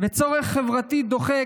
וצורך חברתי דוחק,